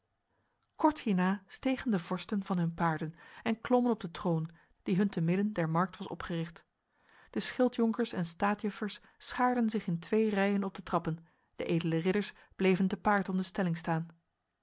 kort hierna stegen de vorsten van hun paarden en klommen op de troon die hun te midden der markt was opgericht de schildjonkers en staatjuffers schaarden zich in twee rijen op de trappen de edele ridders bleven te paard om de stelling staan